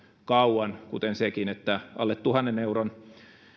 kauan kuten sekin että alle tuhannen euron